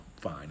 fine